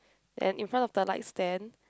then in front of the light stand